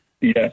yes